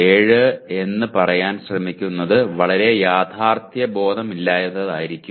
7 എന്ന് പറയാൻ ശ്രമിക്കുന്നത് വളരെ യാഥാർത്ഥ്യബോധമില്ലാത്തതായിരിക്കും